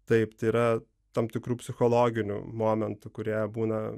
taip tai yra tam tikrų psichologinių momentų kurie būna